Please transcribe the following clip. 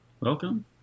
welcome